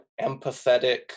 empathetic